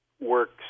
works